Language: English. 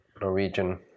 Norwegian